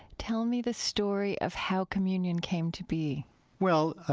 tell me the story of how communion came to be well,